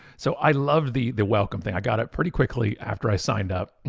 so i love the the welcome thing. i got it pretty quickly after i signed up,